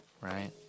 right